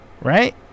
right